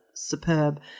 superb